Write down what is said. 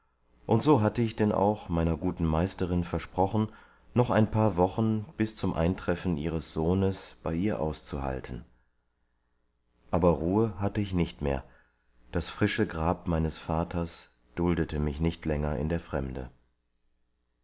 und so hatte ich denn auch meiner guten meisterin versprochen noch ein paar wochen bis zum eintreffen ihres sohnes bei ihr auszuhalten aber ruhe hatte ich nicht mehr das frische grab meines vaters duldete mich nicht länger in der fremde